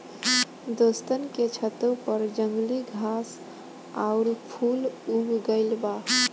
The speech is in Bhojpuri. दोस्तन के छतों पर जंगली घास आउर फूल उग गइल बा